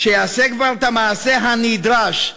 שיעשה כבר את המעשה הנדרש,